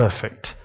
perfect